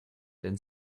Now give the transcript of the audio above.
and